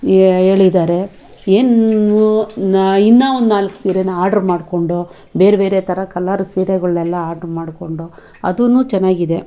ಹೇ ಹೇಳಿದ್ದಾರೆ ಏನು ಇನ್ನು ಇನ್ನು ಒಂದು ನಾಲ್ಕು ಸೀರೆನ ಆರ್ಡ್ರ್ ಮಾಡ್ಕೊಂಡು ಬೇರೆಬೇರೆ ಥರ ಕಲರ್ ಸೀರೆಗಳನ್ನೆಲ್ಲ ಆರ್ಡ್ರ್ ಮಾಡ್ಕೊಂಡು ಅದುನೂ ಚೆನ್ನಾಗಿದೆ